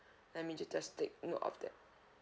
let me ju~ just take note of that